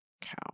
Cow